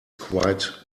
quite